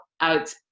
out